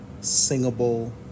singable